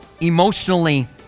emotionally